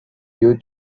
due